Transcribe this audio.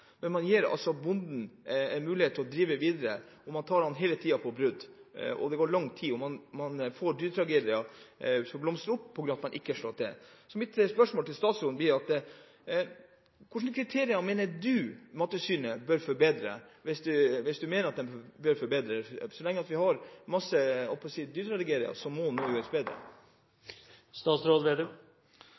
men man gir bonden en mulighet til å drive videre, og man tar ham hele tiden på brudd, og det går lang tid, og man får dyretragedier til å blomstre opp på grunn av at man ikke slår til. Så mitt spørsmål til statsråden blir: Hvilke kriterier mener du Mattilsynet bør forbedre, hvis du mener at de bør forbedre, for så lenge vi har masse dyretragedier, så må noe gjøres bedre? Det viktigste vi gjorde, var å få på